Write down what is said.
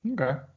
okay